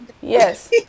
Yes